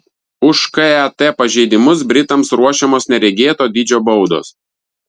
už ket pažeidimus britams ruošiamos neregėto dydžio baudos